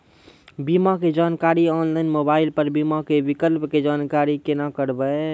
बीमा के जानकारी ऑनलाइन मोबाइल पर बीमा के विकल्प के जानकारी केना करभै?